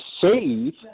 save